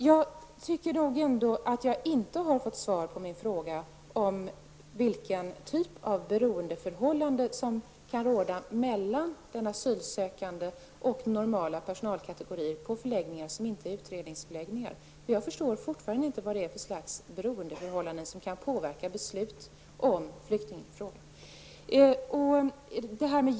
Jag tycker nog ändå att jag inte har fått svar på min fråga om vilken typ av beroendeförhållande som kan råda mellan den asylsökande och en normal personalkategori på förläggningar som inte är utredningsförläggningar. Jag förstår fortfarande inte vilka beroendeförhållanden som kan påverka beslut om flyktingfrågor.